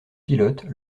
pilotes